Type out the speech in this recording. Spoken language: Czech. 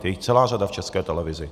Je jich celá řada v České televizi.